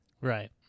Right